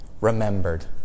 remembered